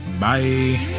Bye